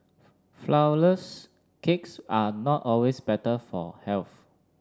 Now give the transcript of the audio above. flourless cakes are not always better for health